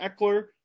Eckler